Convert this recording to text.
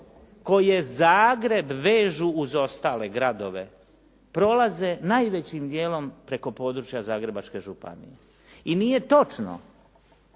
koje Zagreb uz ostale gradove, prolaze najvećim dijelom preko područja Zagrebačke županije. I nije točno